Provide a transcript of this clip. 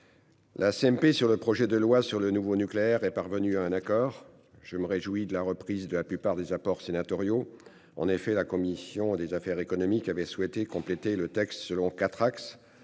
La CMP sur le projet de loi sur le nouveau nucléaire est parvenu à un accord. Je me réjouis de la reprise de la plupart des apports sénatoriaux. En effet, la commission des affaires économiques avait souhaité compléter le texte selon 4 axes,